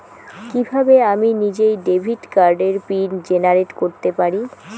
কিভাবে আমি নিজেই ডেবিট কার্ডের পিন জেনারেট করতে পারি?